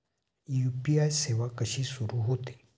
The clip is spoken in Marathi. यू.पी.आय सेवा कशी सुरू होते?